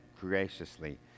graciously